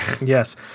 Yes